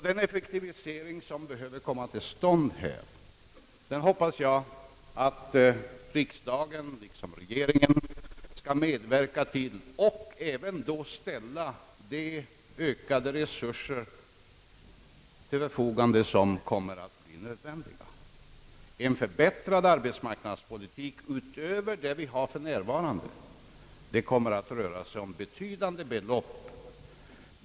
Den effektivisering som behöver komma till stånd här hoppas jag att riksdagen liksom regeringen skall medverka till och då även ställa de ökade resurser till förfogande som kommer att bli nödvändiga. En förbättrad arbetsmarknadspolitik utöver den vi har för närvarande kommer att erfordra betydande belopp.